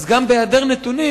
אז גם בהעדר נתונים,